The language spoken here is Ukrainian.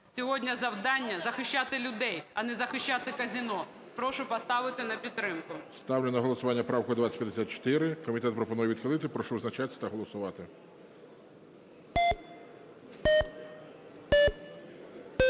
Сьогодні завдання – захищати людей, а не захищати казино. Прошу поставити на підтримку. ГОЛОВУЮЧИЙ. Ставлю на голосування правку 2054. Комітет пропонує відхилити. Прошу визначатися та голосувати.